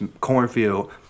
cornfield